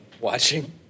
Watching